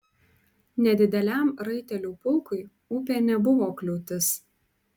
nedideliam raitelių pulkui upė nebuvo kliūtis